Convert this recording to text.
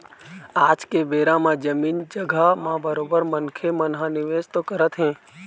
आज के बेरा म जमीन जघा म बरोबर मनखे मन ह निवेश तो करत हें